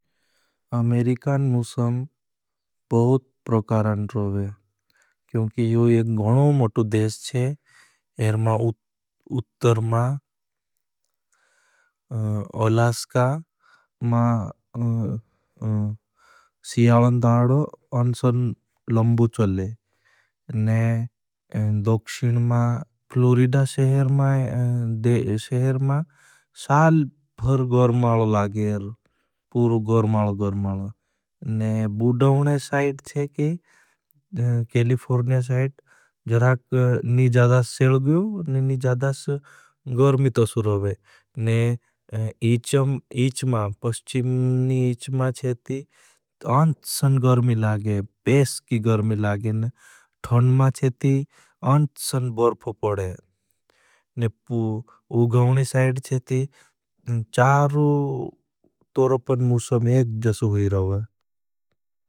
अमेरिकान मुसम बहुत प्रकारन रोवे। क्योंकि यो एक गणों मोटु देश छे। एर मा उत्तर मा ओलास्का मा सियालन्दारण अंसन लंबु चले। ने दोक्षिन मा फ्लूरिडा शेहर मा शाल भर गर्माल लागेर। बुड़ावने साइड केलिफोरन्य साइड निजादास सेल गयू ने निजादास गर्मी तो सुरोबे। इच मा पस्चिमनी इच मा चेती अंसन गर्मी लागे। फेस की गर्मी लागे। थुन मा चेती अंसन बर्फ पड़े। उगवणी साइड चेती चारू तोरोपन मुझ समेख जसू होई रहो।